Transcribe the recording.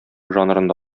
жанрында